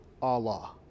Allah